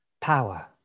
power